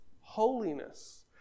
holiness